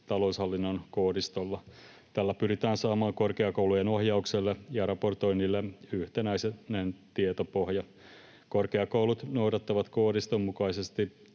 taloushallinnon koodistolla. Tällä pyritään saamaan korkeakoulujen ohjaukselle ja raportoinnille yhtenäinen tietopohja. Korkeakoulut noudattavat koodiston mukaisesti